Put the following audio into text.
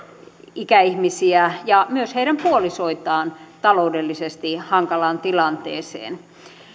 ikäihmisiä ja myös heidän puolisoitaan taloudellisesti hankalaan tilanteeseen